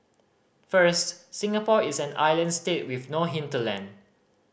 first Singapore is an island state with no hinterland